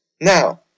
Now